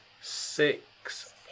six